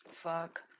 Fuck